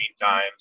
times